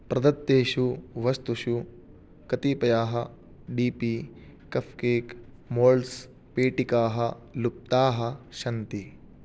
प्रदत्तेषु वस्तुषु कतिपयाः डी पी कफ़्केक् मौल्ड्स् पेटिकाः लुप्ताः सन्ति